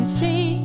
see